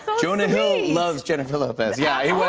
jonah hill loves jennifer lopez. yeah, he went